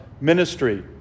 ministry